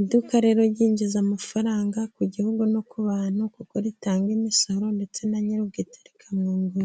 Iduka rero ryinjiza amafaranga ku gihugu no ku bantu, kuko ritanga imisoro, ndetse na nyirubwite rikamwungura.